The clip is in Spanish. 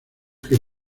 que